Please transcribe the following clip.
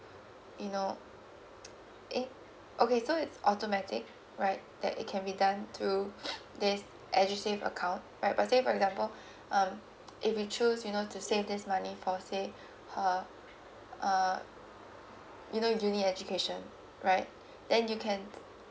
you know eh okay so it's automatic right that it can be done through this edusave account but by say for example um if you choose you know to save this money for say her uh you know uni education right then you can